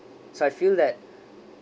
so I feel that